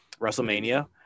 wrestlemania